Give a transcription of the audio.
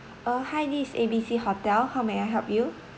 uh hi this is A B C hotel how may I help you